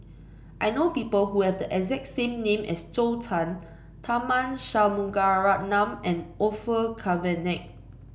I know people who have the exact name as Zhou Can Tharman Shanmugaratnam and Orfeur Cavenagh